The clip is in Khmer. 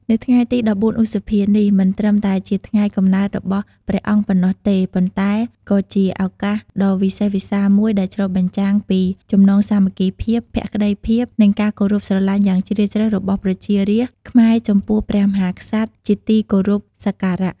នៅថ្ងៃទី១៤ ឧសភា នេះ មិនត្រឹមតែជាថ្ងៃកំណើតរបស់ព្រះអង្គប៉ុណ្ណោះទេ ប៉ុន្តែក៏ជាឱកាសដ៏វិសេសវិសាលមួយដែលឆ្លុះបញ្ចាំងពី ចំណងសាមគ្គីភាព ភក្ដីភាព និងការគោរពស្រឡាញ់យ៉ាងជ្រាលជ្រៅ របស់ប្រជារាស្ត្រខ្មែរចំពោះព្រះមហាក្សត្រជាទីគោរពសក្ការៈ។